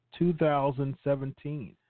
2017